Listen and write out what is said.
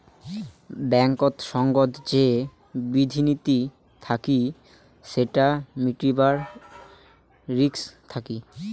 ব্যাঙ্কেত সঙ্গত যে বিধি নীতি থাকি সেটা মিটাবার রিস্ক থাকি